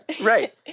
right